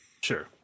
sure